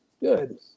Good